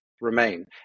remain